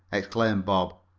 exclaimed bob,